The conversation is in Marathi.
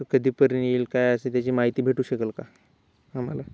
कधीपर्यंत येईल काय असे त्याची माहिती भेटू शकेल का आम्हाला